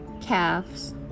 calves